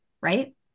right